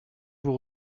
vous